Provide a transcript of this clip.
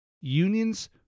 Unions